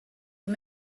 aux